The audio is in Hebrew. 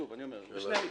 שוב אני אומר, בשני המקרים.